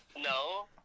No